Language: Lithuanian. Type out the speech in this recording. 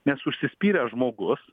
nes užsispyręs žmogus